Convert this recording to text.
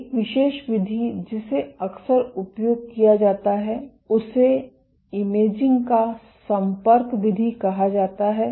एक विशेष विधि जिसे अक्सर उपयोग किया जाता है उसे इमेजिंग का संपर्क विधि कहा जाता है